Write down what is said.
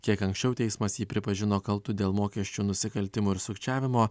kiek anksčiau teismas jį pripažino kaltu dėl mokesčių nusikaltimų ir sukčiavimo